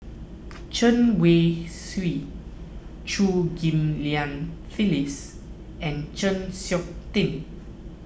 Chen Wen Hsi Chew Ghim Lian Phyllis and Chng Seok Tin